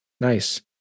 Nice